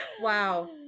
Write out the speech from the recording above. Wow